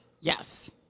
Yes